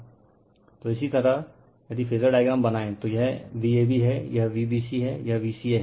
refer slide time 2755 तो इसी तरह यदि फेजर डायग्राम बनाये तो यह Vab है यह Vbc है यह Vca है